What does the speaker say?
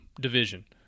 division